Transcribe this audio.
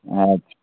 अच्छा